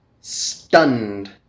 Stunned